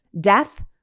Death